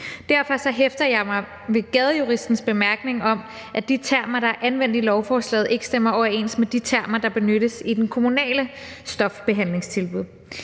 Derfor hæfter jeg mig ved Gadejuristens bemærkning om, at de termer, der er anvendt i lovforslaget, ikke stemmer overens med de termer, der benyttes i det kommunale stofbehandlingstilbud.